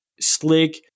slick